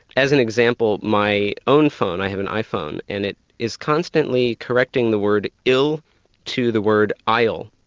as an example, my own phone, i have an iphone, and it is constantly correcting the word ill to the word i'll,